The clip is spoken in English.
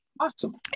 Awesome